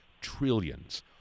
trillions